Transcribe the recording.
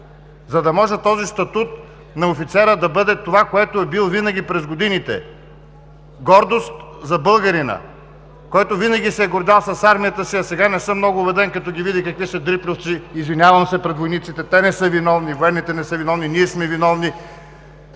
За да може този статут на офицера да бъде това, което е бил винаги през годините – гордост за българина, който винаги се е гордял с армията си, а сега не съм много убеден като ги види какви са дрипльовци – извинявам се пред войниците, те не са военни, военните не са виновни, ние сме виновни